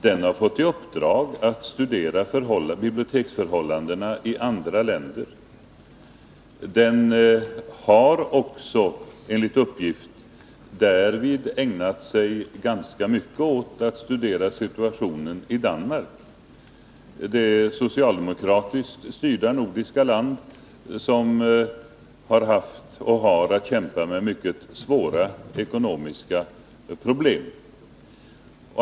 Den har fått i uppdrag att studera biblioteksförhållandena i andra länder. Enligt uppgift har den därvid ägnat sig ganska mycket åt att studera situationen i Danmark, det socialdemokratiskt styrda nordiska land som har haft och har att kämpa med mycket svåra ekonomiska problem.